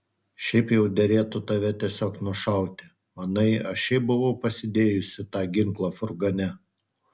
šiaip jau derėtų tave tiesiog nušauti manai aš šiaip buvau pasidėjusi tą ginklą furgone